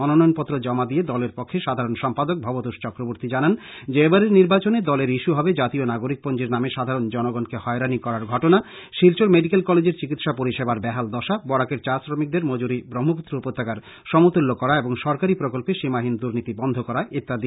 মনোনয়ন পত্র জমা দিয়ে দলের পক্ষে সাধারন সম্পাদক ভবতোষ চক্রবর্তী জানান যে এবারের নির্বাচনে দলের ইস্যু হবে জাতীয় নাগরিক পঞ্জীর নামে সাধারন জনগনকে হয়রানি করার ঘটনা শিলচর মেডিকেল কলেজের চিকিৎসা পরিষেবার বেহাল দশা বরাকের চা শ্রমিকদের মজুরি ব্রহ্মপুত্র উপত্যকার সমত্রল্য করা এবং সরকারী প্রকল্পে সীমাহীন দুনীতি বন্ধ করা ইত্যাদি